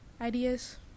ideas